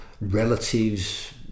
relatives